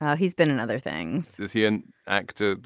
he's been in other things. is he an actor.